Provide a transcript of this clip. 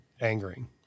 angering